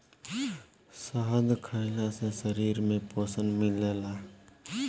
शहद खइला से शरीर में पोषण मिलेला